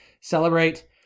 celebrate